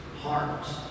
Hearts